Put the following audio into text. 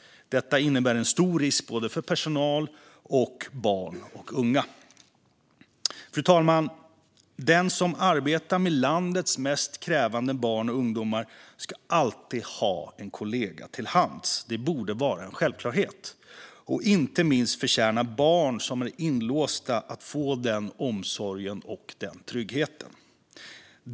Detta innebär en stor risk för både personal och barn och unga. Fru talman! Den som arbetar med landets mest krävande barn och ungdomar ska alltid ha en kollega till hands. Det borde vara en självklarhet, och inte minst förtjänar barn som är inlåsta att få den omsorgen och tryggheten.